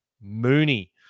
Mooney